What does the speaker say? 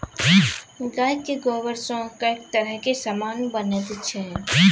गायक गोबरसँ कैक तरहक समान बनैत छै